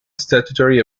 statutory